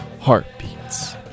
Heartbeats